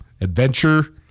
adventure